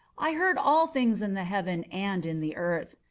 i heard all things in the heaven and in the earth.